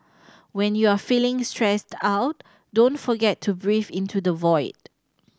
when you are feeling stressed out don't forget to breathe into the void